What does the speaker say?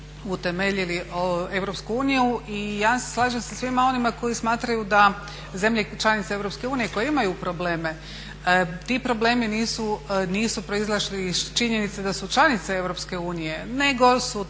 utemeljili EU. I ja se slažem sa svima onima koji smatraju da zemlje članice EU koje imaju probleme ti problemi nisu proizašli iz činjenice da su članice EU nego su to